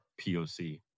POC